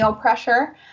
pressure